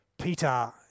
Peter